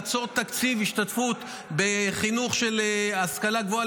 לעצור תקציב השתתפות בחינוך של השכלה גבוהה